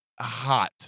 hot